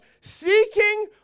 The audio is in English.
seeking